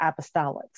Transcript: apostolics